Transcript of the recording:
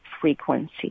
frequency